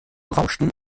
rauschten